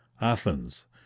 athens